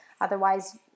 Otherwise